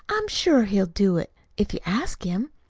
i'm sure he'll do it, if you ask him.